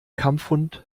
kampfhund